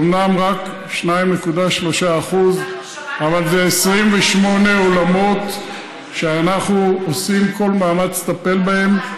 זה אומנם רק 2.3% אנחנו שמענו היום בוועדה על 168. אבל זה 28 עולמות שאנחנו עושים כל מאמץ לטפל בהם.